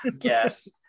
yes